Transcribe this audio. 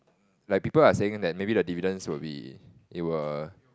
like people are saying that maybe the dividends will be it were